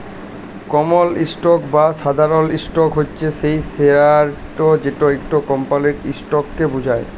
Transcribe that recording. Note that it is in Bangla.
কমল ইসটক বা সাধারল ইসটক হছে সেই শেয়ারট যেট ইকট কমপালির ইসটককে বুঝায়